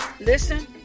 listen